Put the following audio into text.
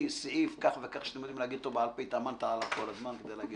סעיף כזה וכזה שהתאמנת כל הזמן כדי להגיד אותו בעל-פה.